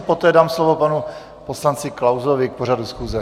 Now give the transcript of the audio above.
Poté dám slovo panu poslanci Klausovi k pořadu schůze.